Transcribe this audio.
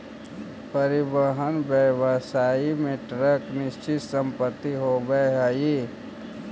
परिवहन व्यवसाय में ट्रक निश्चित संपत्ति होवऽ हई